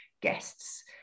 guests